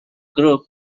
group